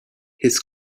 his